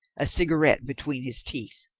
a cigarette between his teeth.